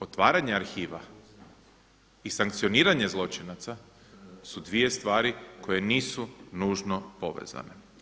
Otvaranje arhiva i sankcioniranje zločinaca su dvije stvari koje nisu nužno povezane.